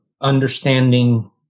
understanding